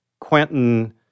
Quentin